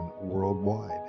worldwide